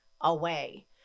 away